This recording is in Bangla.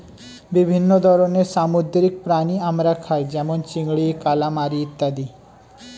বিভিন্ন ধরনের সামুদ্রিক প্রাণী আমরা খাই যেমন চিংড়ি, কালামারী ইত্যাদি